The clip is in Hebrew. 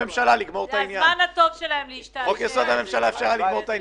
הממשלה אפשר היה לגמור את העניין.